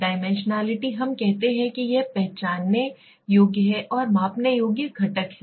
dimensionality हम कहते हैं कि यह पहचानने योग्य और मापने योग्य घटक है